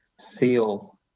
Seal